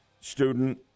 student